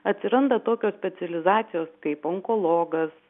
atsiranda tokios specializacijos kaip onkologas